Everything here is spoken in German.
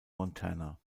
montana